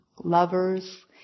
lovers